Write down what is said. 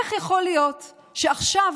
איך יכול להיות שעכשיו,